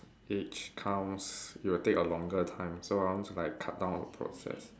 age counts it'll take a longer time so I want to like cut down on the process